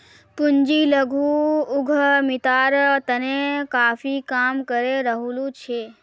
पूजा लघु उद्यमितार तने काफी काम करे रहील् छ